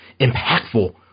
impactful